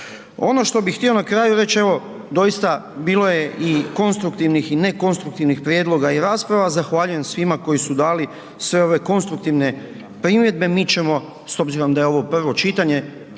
Ono što bi htio na kraju reć, evo doista bilo je i konstruktivnih i nekonstruktivnih prijedloga i rasprava, zahvaljujem svima koji su dali sve ove konstruktivne primjedbe, mi ćemo s obzirom da je ovo prvo čitanje,